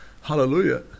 Hallelujah